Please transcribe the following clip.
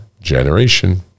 generation